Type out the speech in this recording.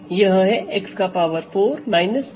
यह है x4 10 x2 1